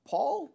Paul